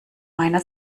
meiner